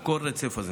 על כל רצף הזנות.